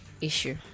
issue